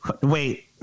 Wait